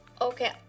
Okay